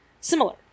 similar